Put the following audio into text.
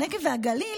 הנגב והגליל,